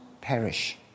perish